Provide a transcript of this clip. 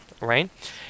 Right